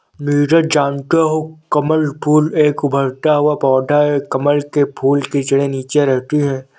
नीरज जानते हो कमल फूल एक उभरता हुआ पौधा है कमल के फूल की जड़े नीचे रहती है